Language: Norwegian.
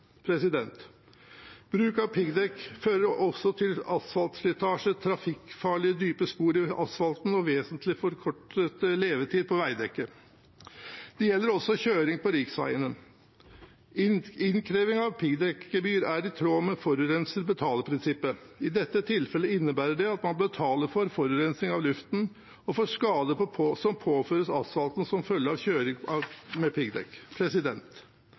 Bruk av piggdekk fører også til asfaltslitasje, trafikkfarlige dype spor i asfalten og vesentlig forkortet levetid på veidekket. Det gjelder også kjøring på riksveiene. Innkreving av piggdekkgebyr er i tråd med forurenser betaler-prinsippet. I dette tilfellet innebærer det at man betaler for forurensning av luften og for skade som påføres asfalten som følge av kjøring med piggdekk. Betaling av